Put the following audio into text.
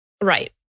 Right